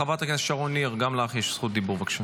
חברת הכנסת שרון ניר, גם לך יש זכות דיבור, בבקשה.